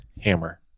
hammer